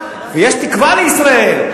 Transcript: ויש תקווה לישראל.